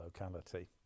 locality